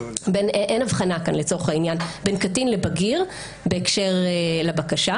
אין הבחנה כאן לצורך העניין בין קטין לבגיר בהקשר לבקשה.